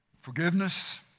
Forgiveness